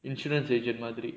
insurance agent மாதிரி:maathiri